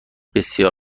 بسیار